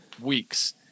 weeks